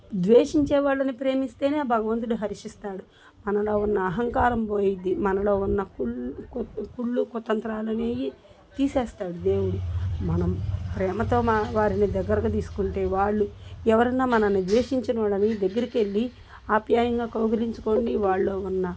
ద్వేషించే వాళ్ళని ప్రేమిస్తేనే భగవంతుడు హర్షిస్తాడు మనలో ఉన్న అహంకారం పోతుంది మనలో ఉన్న కుల్లు కుల్లుకుతంత్రాలనేయి తీసేస్తాడు దేవుడు మనం ప్రేమతో మా వారిని దగ్గరగా తీసుకుంటే వాళ్ళు ఎవరన్నా మనల్ని ద్వేషించినోళ్ళని దగ్గరకెళ్ళి ఆప్యాయంగా కౌగిలించుకోండి వాళ్ళో ఉన్న